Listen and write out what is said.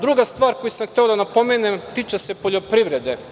Druga stvar koju sam hteo da napomenem tiče se poljoprivrede.